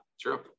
True